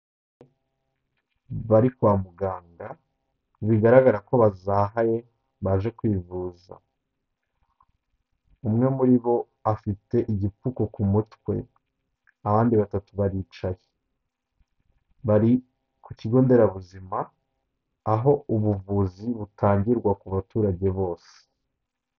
Bari kwa muganga bigaragara ko bazahaye baje kwivuza. Umwe muri bo afite igipfuko ku mutwe, abandi batatu baricaye, bari ku kigo nderabuzima aho ubuvuzi butangirwa ku baturage bose.